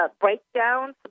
breakdowns